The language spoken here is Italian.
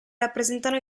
rappresentano